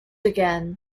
again